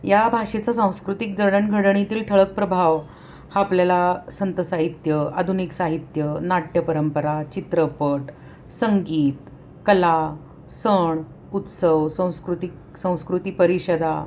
या भाषेचा सांस्कृतिक जडणघडणीतील ठळक प्रभाव हा आपल्याला संतसाहित्य आधुनिक साहित्य नाट्य परंपरा चित्रपट संगीत कला सण उत्सव सांस्कृतिक संस्कृती परिषदा